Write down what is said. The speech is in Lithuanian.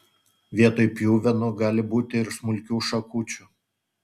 vietoj pjuvenų gali būti ir smulkių šakučių